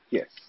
Yes